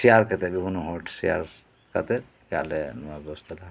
share ᱠᱟᱛᱮ ᱵᱤᱵᱷᱤᱱᱱᱚ ᱦᱚᱲ ᱥᱮᱭᱟᱨ ᱠᱟᱛᱮ ᱟᱞᱮ ᱱᱚᱣᱟ ᱵᱮᱵᱚᱥᱛᱟ ᱞᱮ ᱦᱟᱛᱟᱣ ᱮᱫᱟ